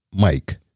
Mike